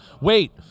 wait